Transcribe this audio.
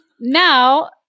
now